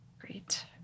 Great